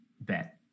bet